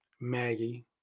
Maggie